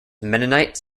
mennonite